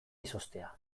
izoztea